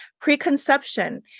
preconception